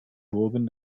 burgen